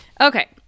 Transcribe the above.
Okay